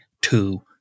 two